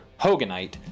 hoganite